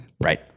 Right